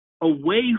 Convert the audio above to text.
away